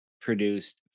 produced